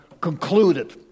Concluded